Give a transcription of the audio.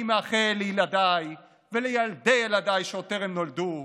אני מאחל לילדיי ולילדי ילדיי, שעוד טרם נולדו,